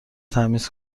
تمیز